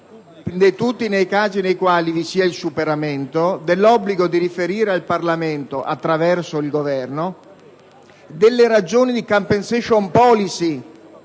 tutti i casi nei quali vi sia il superamento dell'obbligo di riferire al Parlamento, attraverso il Governo, delle ragioni di *compensation policy*